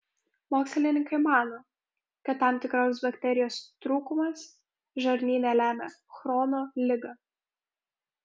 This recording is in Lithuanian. mokslininkai mano kad tam tikros bakterijos trūkumas žarnyne lemia chrono ligą